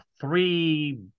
three